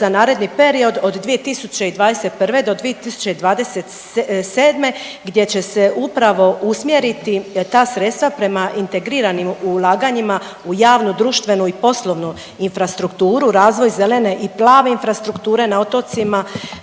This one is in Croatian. za naredni period 2021.-2027. gdje će se upravo usmjeriti ta sredstva prema integriranim ulaganjima u javnu društvenu i poslovnu infrastrukturu, razvoj zelene i plave infrastrukture na otocima